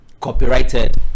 copyrighted